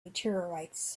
meteorites